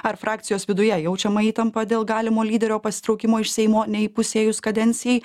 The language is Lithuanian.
ar frakcijos viduje jaučiama įtampa dėl galimo lyderio pasitraukimo iš seimo neįpusėjus kadencijai